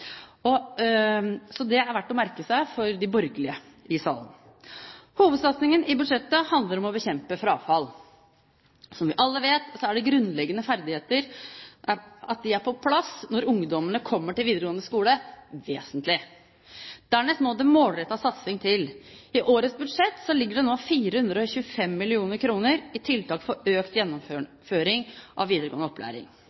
Det er verdt å merke seg for de borgerlige i salen. Hovedsatsingen i budsjettet handler om å bekjempe frafall. Som vi alle vet, er det vesentlig at grunnleggende ferdigheter er på plass når ungdommene kommer til videregående skole. Dernest må det målrettet satsing til. I årets budsjett ligger det nå 425 mill. kr i tiltak for økt